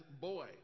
boy